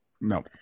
No